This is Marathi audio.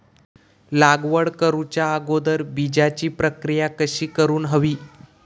लागवड करूच्या अगोदर बिजाची प्रकिया कशी करून हवी?